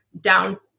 down